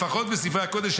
לפחות בספרי הקודש,